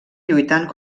lluitant